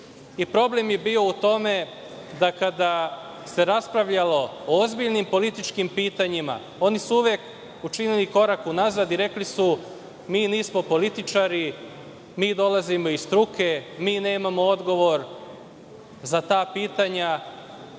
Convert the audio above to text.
Problem je bio u tome da, kada se raspravljalo o ozbiljnim političkim pitanjima, oni su uvek činili korak unazad i rekli su – mi nismo političari, mi dolazimo iz struke, mi nemamo odgovor za ta pitanja,